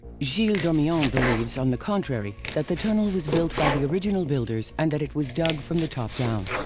gilles dormion um believes, believes, on the contrary, that the tunnel was built by the original builders and that it was dug from the top down.